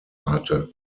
hatte